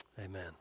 Amen